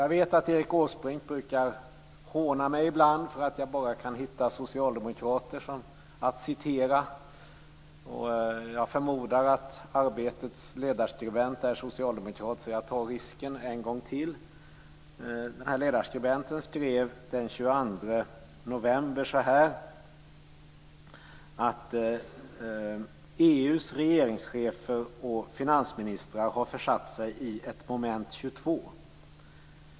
Jag vet att Erik Åsbrink brukar håna mig ibland för att jag bara kan hitta socialdemokrater att citera. Jag förmodar att Arbetets ledarskribent är socialdemokrat, så jag tar risken en gång till. Den här ledarskribenten skrev den 22 november: EU:s regeringschefer och finansministrar har försatt sig i ett moment 22.